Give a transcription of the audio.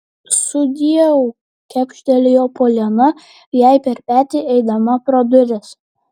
sudieu kepštelėjo poliana jai per petį eidama pro duris